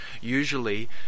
Usually